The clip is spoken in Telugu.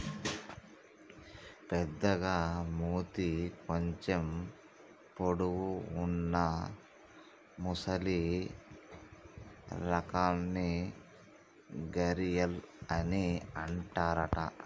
పెద్దగ మూతి కొంచెం పొడవు వున్నా మొసలి రకాన్ని గరియాల్ అని అంటారట